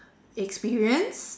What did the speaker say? experience